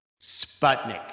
Sputnik